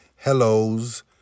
Hello's